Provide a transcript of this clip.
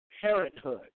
Parenthood